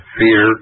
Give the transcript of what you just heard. fear